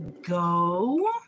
Go